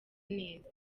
neza